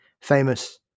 famous